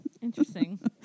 Interesting